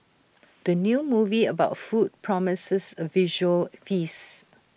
the new movie about food promises A visual feast